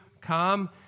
come